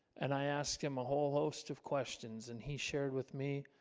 and i asked him a whole host of questions, and he shared with me